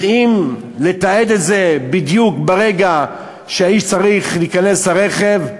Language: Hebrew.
יודעים לתעד את זה בדיוק ברגע שהאיש צריך להיכנס לרכב,